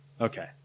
Okay